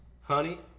honey